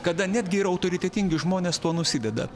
kada netgi ir autoritetingi žmonės tuo nusideda